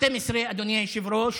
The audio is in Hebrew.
בשעה 24:00, אדוני היושב-ראש,